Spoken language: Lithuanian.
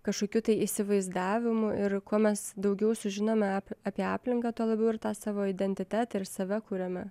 kažkokių tai įsivaizdavimų ir kuo mes daugiau sužinome apie aplinką tuo labiau ir tą savo identitetą ir save kuriame